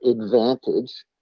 advantage